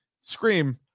scream